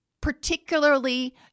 particularly